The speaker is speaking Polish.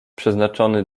przeznaczony